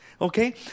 Okay